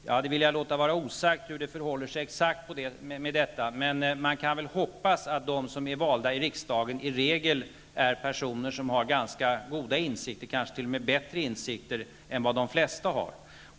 Jag vill låta vara osagt hur det exakt förhåller sig med den saken, men man kan väl hoppas att de som är valda till riksdagen i regel är personer som har ganska goda insikter, kanske t.o.m. bättre insikter än vad de flesta har.